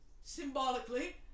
Symbolically